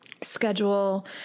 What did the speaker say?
schedule